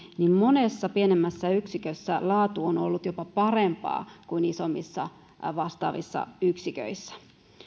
että monessa pienemmässä yksikössä laatu on on ollut jopa parempaa kuin vastaavissa isommissa yksiköissä